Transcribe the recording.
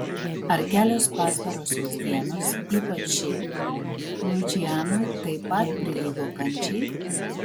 ar kelios pastarosios dienos ypač ši lučianui taip pat prilygo kančiai